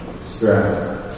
stress